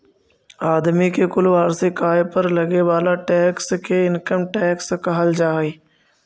आदमी के कुल वार्षिक आय पर लगे वाला टैक्स के इनकम टैक्स कहल जा हई